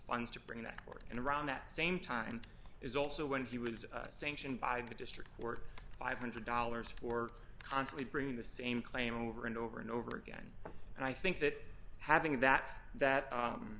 funds to bring that court and around that same time is also when he was sanctioned by the district court five hundred dollars for constantly bringing the same claim over and over and over again and i think that having that that